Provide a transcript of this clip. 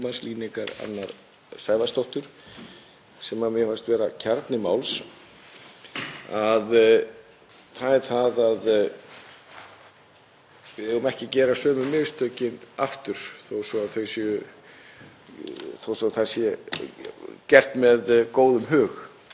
við eigum ekki að gera sömu mistökin aftur þó svo að það sé gert með góðum hug. Mín niðurstaða, eftir að vera búinn að vera þennan stutta tíma í embætti, er að við eigum að leggja okkur fram